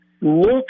look